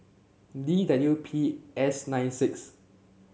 D W P S nine six